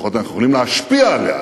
לפחות אנחנו יכולים להשפיע עליה,